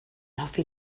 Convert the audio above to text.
hoffi